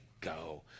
go